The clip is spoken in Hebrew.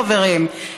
חברים,